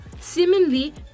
Seemingly